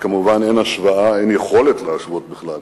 וכמובן אין השוואה, אין יכולת להשוות בכלל.